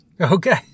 Okay